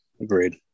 Agreed